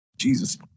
Jesus